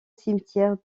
cimetière